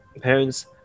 parents